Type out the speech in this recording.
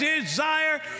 desire